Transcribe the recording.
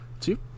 Two